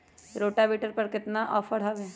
Rotavator पर केतना offer हव?